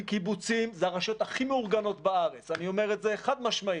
קיבוצים זה הרשויות הכי מאורגנות בארץ אני אומר את זה חד-משמעית,